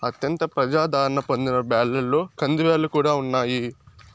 అత్యంత ప్రజాధారణ పొందిన బ్యాళ్ళలో కందిబ్యాల్లు కూడా ఉన్నాయి